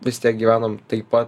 vis tiek gyvenom taip pat